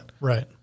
Right